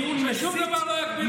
ששום דבר לא יגביל אתכם,